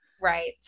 Right